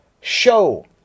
show